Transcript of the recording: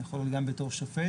יכול להיות גם בתור שופט,